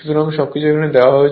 সুতরাং সবকিছু দেওয়া হয়েছে